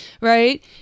right